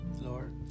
Lord